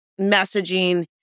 messaging